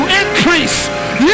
increase